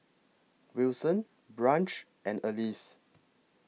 Wilson Branch and Alys